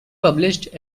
published